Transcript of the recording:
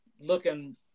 looking